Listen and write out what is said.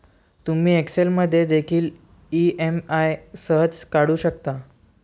तुम्ही एक्सेल मध्ये देखील ई.एम.आई सहज काढू शकता